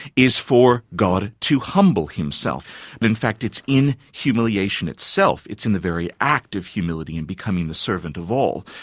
is for god to humble himself, and in fact it's in humiliation itself, it's in the very act of humility and becoming the servant of all,